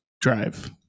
drive